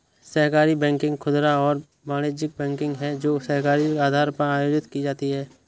सहकारी बैंकिंग खुदरा और वाणिज्यिक बैंकिंग है जो सहकारी आधार पर आयोजित की जाती है